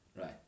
right